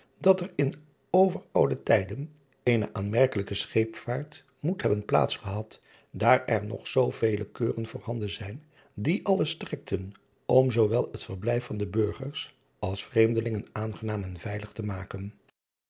dat er in overoude tijden eene aanmerkelijke scheepvaart moet hebben plaats gehad daar er nog zoovele keuren voor handen zijn die alle strekten om zoowel het verblijf van de burgers als vreemdelingen aangenaam en veilig te maken